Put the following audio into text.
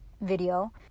video